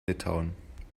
litauen